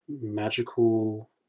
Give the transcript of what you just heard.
Magical